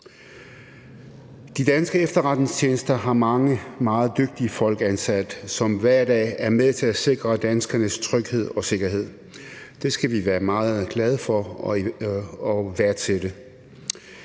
De danske efterretningstjenester har mange meget dygtige folk ansat, som hver dag er med til at sikre danskernes tryghed og sikkerhed. Det skal vi være meget glade for og værdsætte.